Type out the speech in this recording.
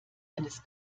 eines